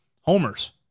homers